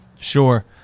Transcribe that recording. Sure